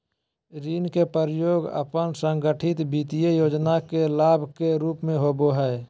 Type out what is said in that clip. ऋण के प्रयोग अपन संगठित वित्तीय योजना के भाग के रूप में होबो हइ